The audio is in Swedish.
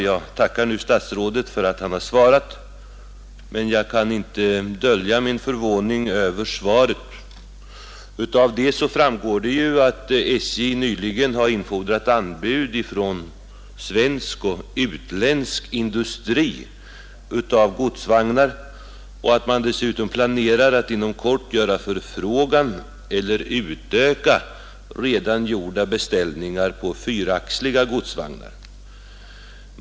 Jag tackar statsrådet för att han har svarat, men jag kan inte dölja min förvåning över svaret. Av kommunikationsministerns svar framgår det att SJ nyligen har ”infordrat anbud från svensk och utländsk industri” på godsvagnar och att man dessutom ”planerar att inom kort göra förfrågan eller utöka redan gjorda beställningar på fyraxliga godsvagnar”.